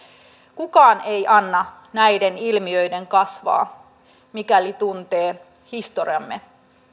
kukaan ei anna näiden ilmiöiden kasvaa mikäli tuntee historiamme